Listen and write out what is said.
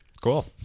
Cool